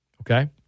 Okay